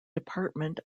department